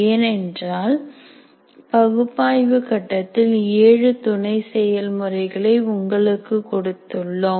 ஏனென்றால் பகுப்பாய்வு கட்டத்தில் ஏழு துணை செயல்முறைகளை உங்களுக்கு கொடுத்துள்ளோம்